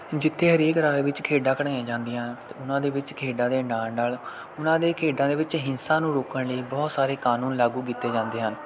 ਜਿੱਥੇ ਹਰੇਕ ਰਾਜ ਵਿੱਚ ਖੇਡਾਂ ਖਿਡਾਈਆਂ ਜਾਂਦੀਆਂ ਉਹਨਾਂ ਦੇ ਵਿੱਚ ਖੇਡਾਂ ਦੇ ਨਾਲ ਨਾਲ ਉਹਨਾਂ ਦੇ ਖੇਡਾਂ ਦੇ ਵਿੱਚ ਹਿੰਸਾ ਨੂੰ ਰੋਕਣ ਲਈ ਬਹੁਤ ਸਾਰੇ ਕਾਨੂੰਨ ਲਾਗੂ ਕੀਤੇ ਜਾਂਦੇ ਹਨ